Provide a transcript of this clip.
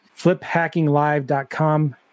fliphackinglive.com